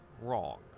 wrong